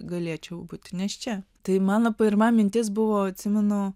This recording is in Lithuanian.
galėčiau būti nėščia tai mano pirma mintis buvo atsimenu